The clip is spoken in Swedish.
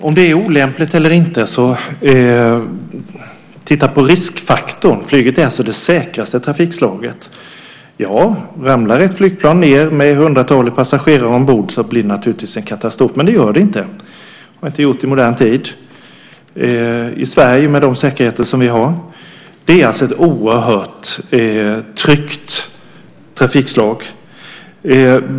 Fru talman! Ja, olämpligt eller inte, men titta på riskfaktorn! Flyget är det säkraste trafikslaget. Ramlar ett flygplan ned med hundratalet passagerare ombord är det naturligtvis en katastrof, men så sker inte och har inte skett i modern tid i Sverige med den säkerhet vi har. Flyget är alltså ett oerhört tryggt trafikslag.